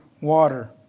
water